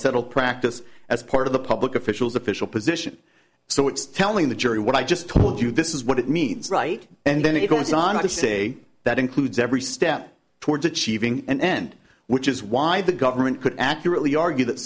settled practice as part of the public officials official position so it's telling the jury what i just told you this is what it means right and then it goes on to say that includes every step towards achieving an end which is why the government could accurately argue that